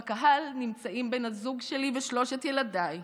ובקהל נמצאים בן הזוג שלי ושלושת ילדיי,